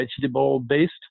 vegetable-based